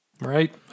right